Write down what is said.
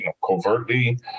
covertly